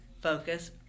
focus